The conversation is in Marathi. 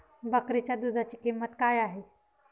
बकरीच्या दूधाची किंमत काय आहे?